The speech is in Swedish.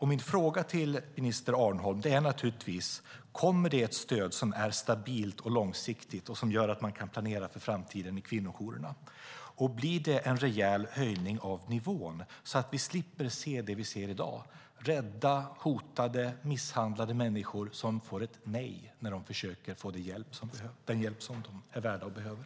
Mina frågor till minister Arnholm är: Kommer det ett stöd som är stabilt och långsiktigt och som gör att kvinnojourerna kan planera för framtiden? Blir det en rejäl höjning av nivån så att vi slipper det vi ser i dag, nämligen rädda, hotade och misshandlade människor som får ett nej när de försöker få den hjälp de är värda och behöver?